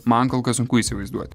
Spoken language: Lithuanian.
man kol kas sunku įsivaizduoti